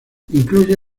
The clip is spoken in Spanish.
incluye